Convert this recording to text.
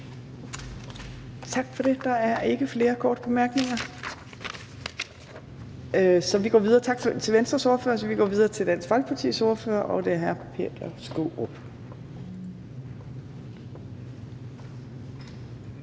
Tak for det. Der er ikke flere korte bemærkninger. Tak til Venstres ordfører. Så vi går videre til Dansk Folkepartis